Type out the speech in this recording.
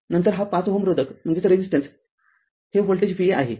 नंतर हा ५ Ω रोधक हे व्होल्टेज Va आहे